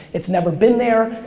it's never been there.